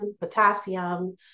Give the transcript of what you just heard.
potassium